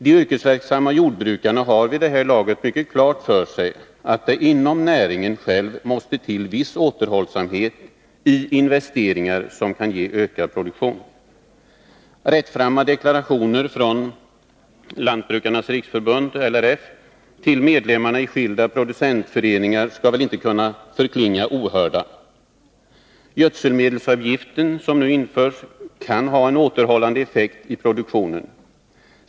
De yrkesverksamma jordbrukarna har vid det här laget mycket klart för sig att det inom näringen själv måste till viss återhållsamhet i investeringar som kan ge ökad produktion. Rättframma deklarationer från Lantbrukarnas riksförbund, LRF, till medlemmarna i skilda producentföreningar skall väl inte kunna förklinga ohörda. Gödselmedelsavgiften, som nu införs, kan ha en återhållande effekt på produktionen.